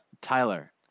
Tyler